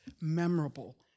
memorable